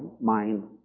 mind